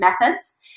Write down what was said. methods